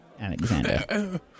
Alexander